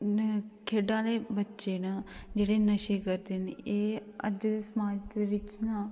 खेढा आह्ले बच्चे न जेह्ड़े नशे करदे न एह् अज्ज दे समाज च दिक्खी लैओ